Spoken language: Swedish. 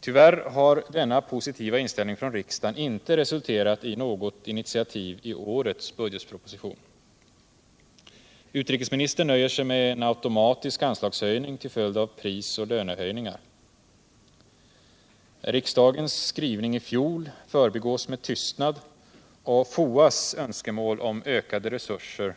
Tyvärr har denna positiva inställning från riksdagens sida inte resulterat i något initiativ i årets budgetproposition. Utrikesministern nöjer sig med en automatisk anslagshöjning till följd av prisoch lönghöjningar. Riksdagens skrivning i fjol förbigås med tystnad, och FOA:s önskemål om ökade resurser